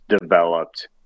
developed